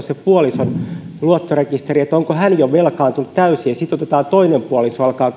se puolison luottorekisteri onko hän jo velkaantunut täysin jos toinen puoliso alkaa